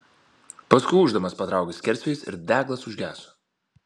paskui ūždamas patraukė skersvėjis ir deglas užgeso